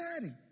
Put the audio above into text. daddy